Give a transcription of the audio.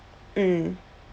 mm